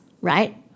right